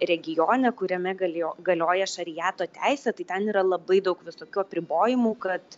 regione kuriame galio galioja šariato teisė tai ten yra labai daug visokių apribojimų kad